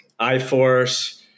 iForce